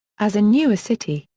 as a newer city,